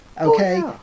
Okay